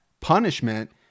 punishment